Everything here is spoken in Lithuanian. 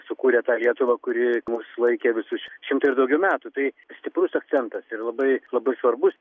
sukūrė tą lietuvą kuri mus laikė visus šimtą ir daugiau metų tai stiprus akcentas ir labai labai svarbus